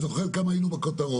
את זוכרת כמה היינו בכותרות.